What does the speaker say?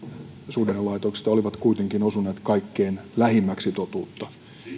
suhdannelaitoksista olivat kuitenkin osuneet kaikkein lähimmäksi totuutta